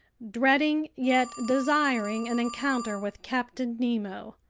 dreading yet desiring an encounter with captain nemo,